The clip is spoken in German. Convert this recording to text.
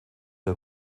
der